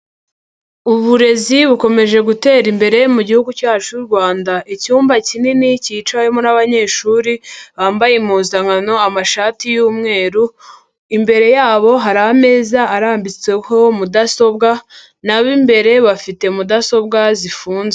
Uburezi bukomeje gutera imbere mu gihugu cyacu cy'u Rwanda, icyumba kinini kicawemo n'abanyeshuri bambaye impuzankano amashati y'umweru, imbere yabo hari ameza arambitseho mudasobwa n'ab'imbere bafite mudasobwa zifunze.